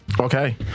Okay